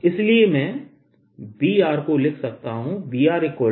इसलिए इसलिए मैं Brको लिख सकता हूँ कि Br0I4πdl×r r